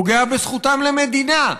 פוגע בזכותם למדינה,